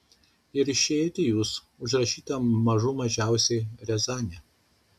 ir išėjote jūs užrašyta mažų mažiausiai riazanė